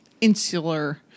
insular